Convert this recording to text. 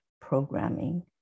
Programming